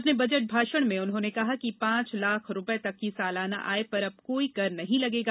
अपने बजट भाषण में उन्होंने कहा कि पांच लाख रूपये तक की सालाना आय पर अब कोई कर नहीं लगेगा